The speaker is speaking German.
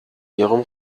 ihrem